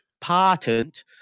Patent